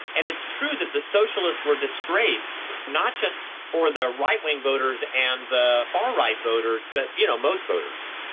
and it's true that the socialists were disgraced, not just for the right-wing voters and the far right voters, but you know most voters.